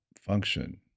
function